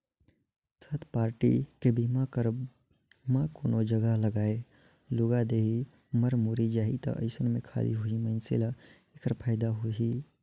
third party के बीमा करवाब म कोनो जघा लागय लूगा देही, मर मुर्री जाही अइसन में खाली ओही मइनसे ल ऐखर फायदा होही